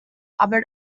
aber